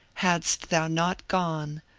hadst thou not gone,